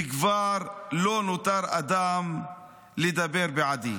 / וכבר לא נותר אדם לדבר בעדי".